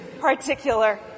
particular